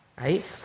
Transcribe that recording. right